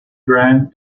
grant